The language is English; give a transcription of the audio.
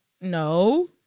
No